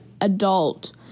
adult